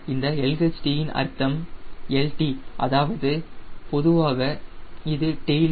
இந்த LHT இன் அர்த்தம் lt அதாவது பொதுவாக இது டெயிலின் a